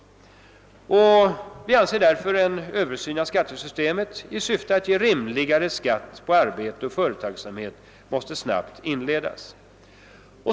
Vi anser därför att en översyn av skattesystemet i syfte att ge rimligare skatt på arbete och företagsamhet snabbt måste inledas.